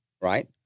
right